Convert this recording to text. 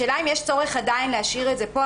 השאלה אם יש צורך עדיין להשאיר את זה פה.